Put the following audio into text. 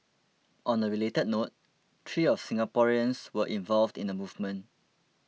on a related note three of Singaporeans were involved in the movement